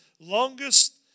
longest